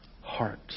heart